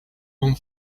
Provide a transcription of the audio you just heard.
one